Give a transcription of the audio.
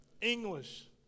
English